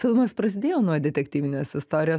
filmas prasidėjo nuo detektyvinės istorijos